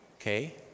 Okay